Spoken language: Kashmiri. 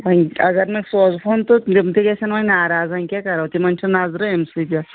وۄنۍ اگر نہٕ سوزہون تہٕ تِم تہِ گژھن وۄنۍ ناراض وۄنۍ کیاہ کَرو تِمَن چھُ نظرٕ أمۍ سٕے پٮ۪ٹھ